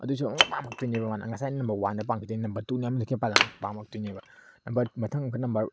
ꯑꯗꯨꯁꯨ ꯑꯃꯨꯛꯀ ꯄꯥꯝꯂꯛꯇꯣꯏꯅꯦꯕ ꯃꯥꯅ ꯉꯁꯥꯏ ꯅꯝꯕꯔ ꯋꯥꯟꯗ ꯄꯥꯝꯈꯤꯕꯗꯨꯗꯩ ꯅꯝꯕꯔ ꯇꯨꯅ ꯑꯃꯨꯛꯀ ꯍꯦꯟꯅ ꯄꯥꯝꯂꯛꯇꯣꯏꯅꯦꯕ ꯅꯝꯕꯔ ꯃꯊꯪ ꯑꯃꯨꯛꯀ ꯅꯝꯕꯔ